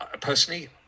personally